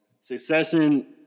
Succession